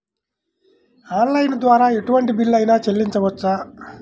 Online ద్వారా ఎటువంటి bill అయినా చెల్లించవచ్చా?